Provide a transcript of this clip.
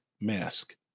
mask